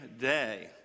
day